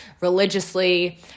religiously